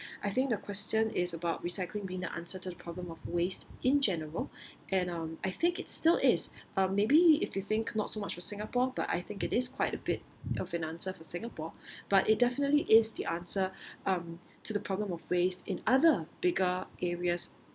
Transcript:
I think the question is about recycling bin the answer to the problem of waste in general and um I think it still is or maybe if you think not so much of singapore but I think it is quite a bit of an answer for singapore but it definitely is the answer um to the problem of waste in other bigger areas